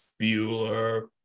Bueller